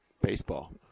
Baseball